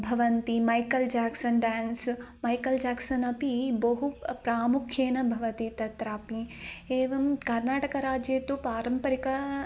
भवन्ति Michael Jackson dance Michael Jackson अपि बहु प्रामुख्येन भवति तत्रापि एवं कर्नाटकराज्ये तु पारम्परिकम्